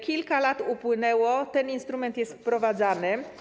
Kilka lat upłynęło i ten instrument jest wprowadzany.